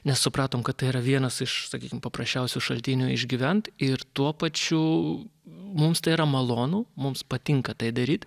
nes supratom kad tai yra vienas iš sakykim paprasčiausių šaltinių išgyvent ir tuo pačiu mums tai yra malonu mums patinka tai daryt